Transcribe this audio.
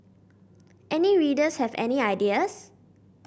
any readers have any ideas